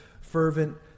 fervent